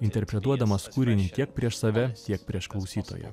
interpretuodamas kūrinį tiek prieš save tiek prieš klausytoją